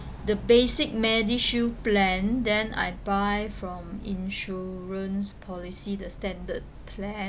the basic medishield plan then I buy from insurance policy the standard plan